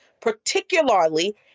particularly